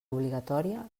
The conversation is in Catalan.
obligatòria